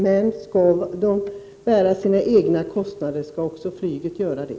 Men om andra får bära sina egna kostnader, skall också flyget göra det.